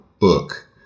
book